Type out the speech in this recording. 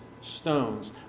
stones